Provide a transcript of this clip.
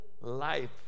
life